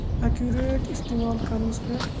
accurate اِستعمال کَرنَس پٮ۪ٹھ